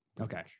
Okay